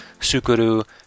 Sukuru